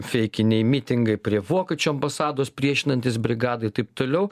feikiniai mitingai prie vokiečių ambasados priešinantis brigadai ir taip toliau